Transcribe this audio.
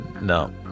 No